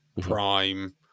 prime